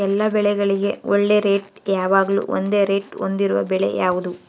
ಎಲ್ಲ ಬೆಳೆಗಳಿಗೆ ಒಳ್ಳೆ ರೇಟ್ ಯಾವಾಗ್ಲೂ ಒಂದೇ ರೇಟ್ ಹೊಂದಿರುವ ಬೆಳೆ ಯಾವುದು?